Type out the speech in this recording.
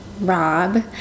Rob